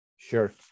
Sure